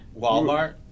Walmart